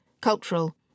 cultural